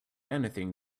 anything